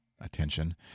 attention